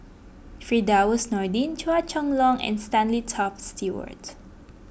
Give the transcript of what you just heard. Firdaus Nordin Chua Chong Long and Stanley Toft Stewart